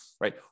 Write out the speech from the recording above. Right